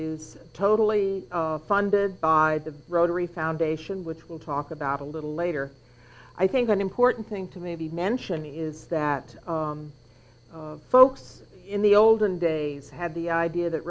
is totally funded by the rotary foundation which we'll talk about a little later i think an important thing to maybe mention is that folks in the olden days had the idea that